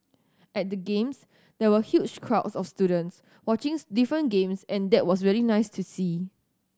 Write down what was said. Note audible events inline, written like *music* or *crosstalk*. at the Games there were huge crowds of students watching *unintelligible* different games and that was really nice to see